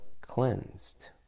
cleansed